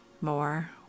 more